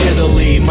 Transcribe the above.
Italy